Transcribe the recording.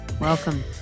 Welcome